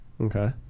Okay